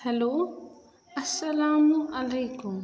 hello السَلامُ عَلَیکُم